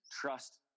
trust